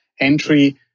entry